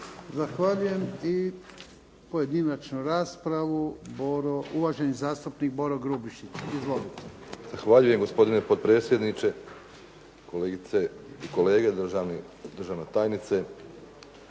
Zahvaljujem. I pojedinačnu raspravu, uvaženi zastupnik Boro Grubišić. Izvolite. **Grubišić, Boro (HDSSB)** Zahvaljujem gospodine potpredsjedniče, kolegice i kolege, državna tajnice.